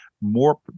more